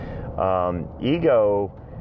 ego